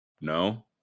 No